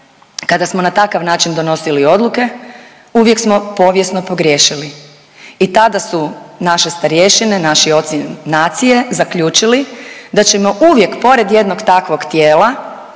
kada smo na takav način donosili odluke uvijek smo povijesno pogriješili. I tada su naše starješine, naši oci nacije zaključili da ćemo uvijek pored jednog takvog tijela